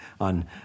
on